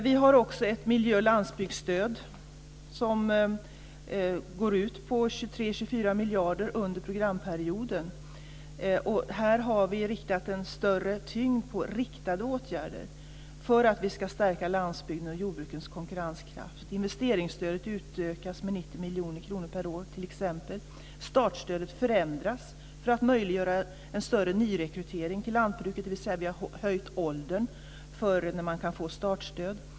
Vi har också ett miljö och landsbygdsstöd som går ut på 23-24 miljarder under programperioden, och här har vi lagt en större tyngd på riktade åtgärder, för att vi ska stärka landsbygden och jordbrukets konkurrenskraft. Investeringsstödet utökas med 90 miljoner kronor per år. Startstödet förändras för att möjliggöra en större nyrekrytering till lantbruket. Vi har alltså höjt åldern för när man kan få startstöd.